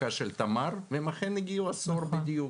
ההפקה של תמר והם אכן הגיעו אחרי עשור בדיוק.